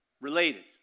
related